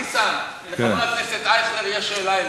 ניסן, לחבר הכנסת אייכלר יש שאלה אליך.